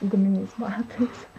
guminiais batais